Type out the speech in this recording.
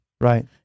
Right